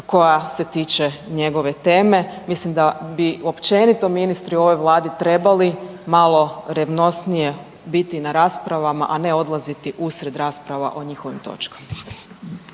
koja se tiče njegove teme, mislim da bi općenito ministri u ovoj Vladi trebali malo revnosnije biti na raspravama, a ne odlaziti usred rasprava o njihovim točkama.